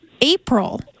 April